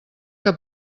que